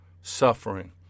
suffering